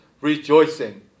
rejoicing